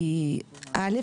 כי א',